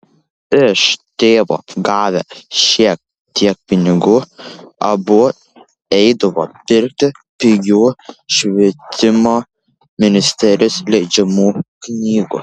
iš tėvo gavę šiek tiek pinigų abu eidavo pirkti pigių švietimo ministerijos leidžiamų knygų